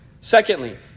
Secondly